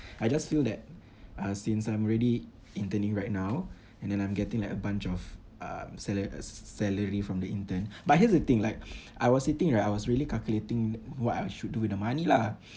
I just feel that uh since I'm already interning right now and then I'm getting like a bunch of um sala~ salary from the intern but here's the thing like I was sitting right I was really calculating what I should do with the money lah